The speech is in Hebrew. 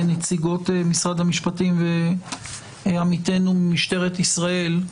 נציגות משרד המשפטים ועמיתנו משטרת ישראל,